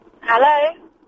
Hello